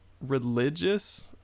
religious